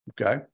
Okay